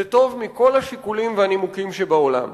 זה טוב מכל השיקולים והנימוקים שבעולם.